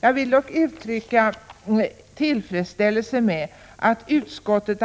Jag vill dock uttrycka min tillfredsställelse över att utskottet,